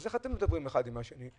אז איך אתם מדברים אחד עם השני?